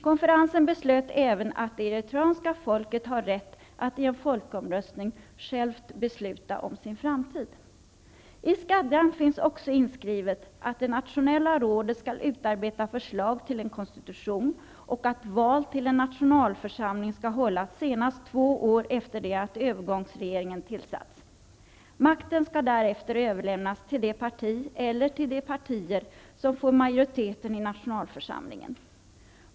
Konferensen beslöt även att det eritreanska folket har rätt att i en folkomröstning självt besluta om sin framtid. I stadgan finns också inskrivet att det nationella rådet skall utarbeta förslag till en konstitution och att val till en nationalförsamling skall hållas senast två år efter det att övergångsregeringen tillsatts. Makten skall därefter överlämnas till det parti eller de partier som får majoritet i nationalförsamlingen.